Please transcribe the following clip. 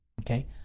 okay